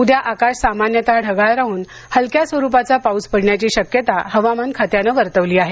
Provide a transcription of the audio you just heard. उद्या आकाश सामान्यतः ढगाळ राहून हलक्या स्वरुपाचा पाऊस पडण्याची शक्यता हवामान खात्याने वर्तवली आहे